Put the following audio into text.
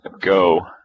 go